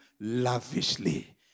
lavishly